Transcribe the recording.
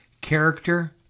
character